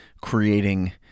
creating